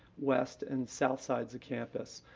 west, and south sides of campus.